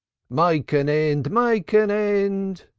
make an end, make an end!